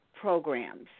programs